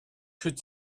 could